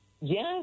Yes